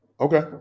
Okay